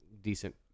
decent